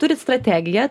turit strategiją